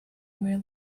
will